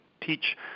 teach